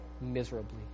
miserably